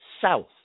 south